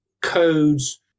codes